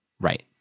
Right